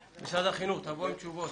משרד החינוך, תבואו עם תשובות.